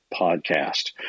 podcast